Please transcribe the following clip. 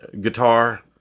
guitar